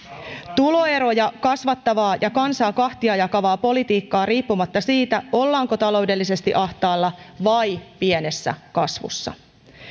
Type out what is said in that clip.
tuloeroja kasvattavaa ja kansaa kahtia jakavaa politiikkaa riippumatta siitä ollaanko taloudellisesti ahtaalla vai pienessä kasvussa